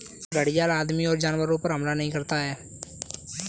घड़ियाल आदमियों और जानवरों पर हमला नहीं करता है